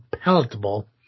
palatable